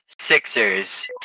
Sixers